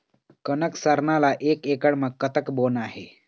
कनक सरना ला एक एकड़ म कतक बोना हे?